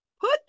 Put